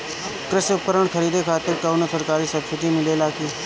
कृषी उपकरण खरीदे खातिर कउनो सरकारी सब्सीडी मिलेला की?